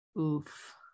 oof